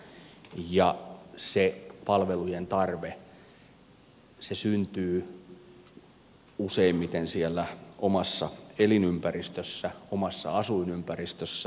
se palvelujen tarve syntyy useimmiten siellä omassa elinympäristössä omassa asuinympäristössä